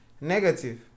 negative